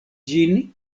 ĝin